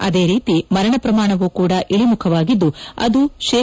ಅದೇ ರೀತಿ ಮರಣ ಪ್ರಮಾಣವೂ ಕೂಡ ಇಳಿಮುಖವಾಗಿದ್ದು ಅದು ಶೇ